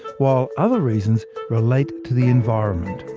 while other reasons relate to the environment.